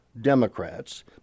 Democrats